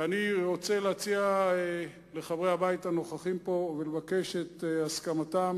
ואני רוצה להציע לחברי הבית הנוכחים פה ולבקש את הסכמתם